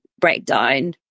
breakdown